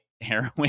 heroin